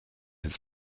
his